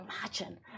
Imagine